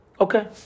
Okay